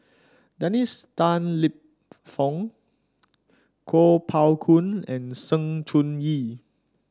Dennis Tan Lip Fong Kuo Pao Kun and Sng Choon Yee